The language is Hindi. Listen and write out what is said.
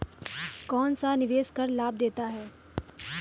कौनसा निवेश कर लाभ देता है?